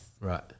Right